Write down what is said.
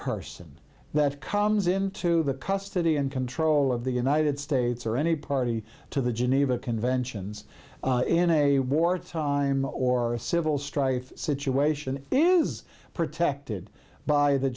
person that comes into the custody and control of the united states or any party to the geneva conventions in a wartime or a civil strife situation is protected by the